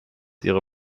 ihre